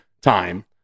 time